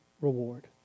reward